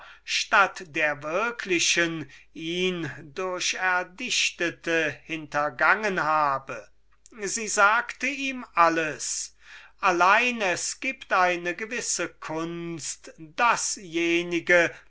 statt der wirklichen durch erdichtete hintergangen hätte sie sagte ihm alles allein es gibt eine gewisse kunst dasjenige